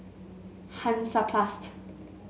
Hansaplast